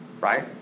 right